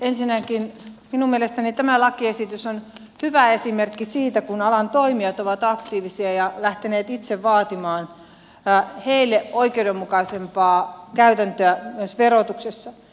ensinnäkin minun mielestäni tämä lakiesitys on hyvä esimerkki siitä että alan toimijat ovat aktiivisia ja lähteneet itse vaatimaan itselleen oikeudenmukaisempaa käytäntöä myös verotuksessa